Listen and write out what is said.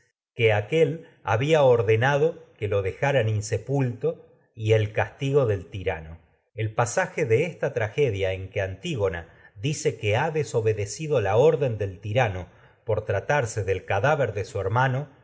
que mano aquél había ordenado lo dejaran insepulto y el castigo del tirano el pasaje de esta tragedia en que antígona dice ha desobedecido la orden del tirano por tra del que tarse cadáver si dé su hermano